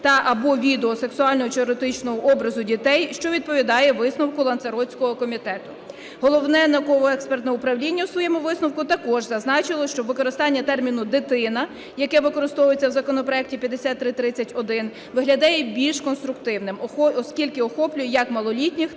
та (або) відео сексуального чи еротичного образу дітей, що відповідає висновку Лансаротського комітету. Головне науково-експертне управління у своєму висновку також зазначило, що використання терміну "дитина", яке використовується в законопроекті 5330-1, виглядає більш конструктивним, оскільки охоплює як малолітніх